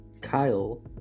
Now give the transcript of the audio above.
Kyle